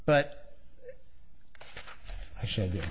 but i should